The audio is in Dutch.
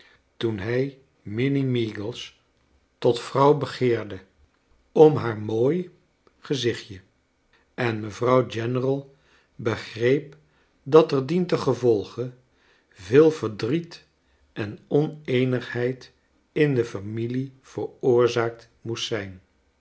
toen hij minnie meagles tot vrouw begeerde om haar mooi gezichtje en mevrouw general begreep dat er dientengevolge veel verdriet en oneenigheid in de familie veroorzaakt moest zijn